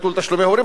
ביטול תשלומי הורים,